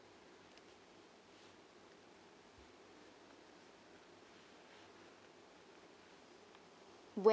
when